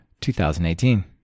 2018